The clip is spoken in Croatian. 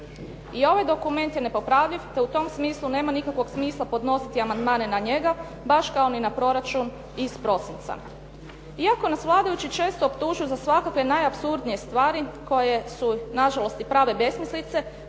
I ovaj dokument je nepopravljiv te u tom smislu nema nikakvog smisla podnositi amandmane na njega, baš kao ni na proračun iz prosinca. Iako nas vladajući često optužuju za svakakve najapsurdnije stvari koje su nažalost i prave besmislice,